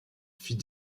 fit